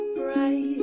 bright